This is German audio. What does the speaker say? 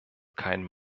kein